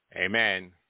Amen